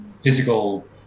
physical